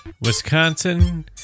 Wisconsin